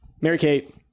Mary-Kate